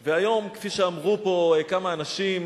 והיום, כפי שאמרו פה כמה אנשים,